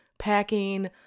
packing